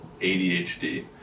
ADHD